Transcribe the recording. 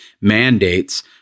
mandates